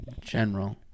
general